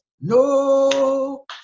No